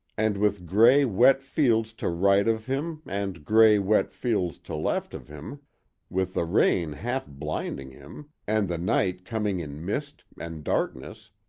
and with gray, wet fields to right of him and gray, wet fields to left of him with the rain half blinding him and the night coming in mist and darkness,